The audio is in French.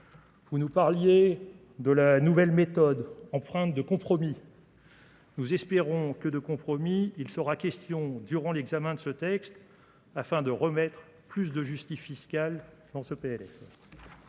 Vous nous parliez de la nouvelle méthode en de compromis. Nous espérons que de compromis, il sera question durant l'examen de ce texte afin de remettre plus de justifie se cale dans ce pays.